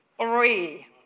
three